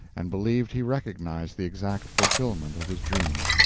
and believed he recognized the exact fulfilment of his dream.